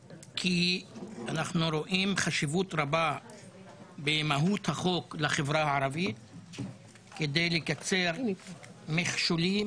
אנחנו רואים חשיבות רבה במהות החוק לחברה הערבית כדי לקצר מכשולים,